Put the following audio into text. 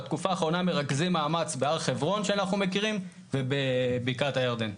בתקופה האחרונה מרכזים מאמץ בהר-חברון שאנחנו מכירים ובבקעת הירדן.